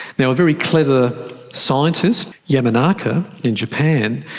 now a very clever scientist yamanaka, in japan,